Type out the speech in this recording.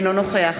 אינו נוכח